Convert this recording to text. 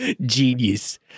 Genius